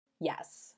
Yes